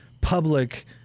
public